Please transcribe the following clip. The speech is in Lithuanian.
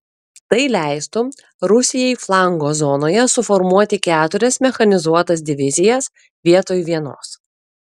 tai leistų rusijai flango zonoje suformuoti keturias mechanizuotas divizijas vietoj vienos